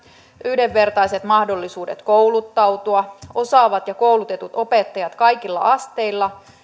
yhdenvertaiset mahdollisuudet kouluttautua osaavat ja koulutetut opettajat kaikilla asteilla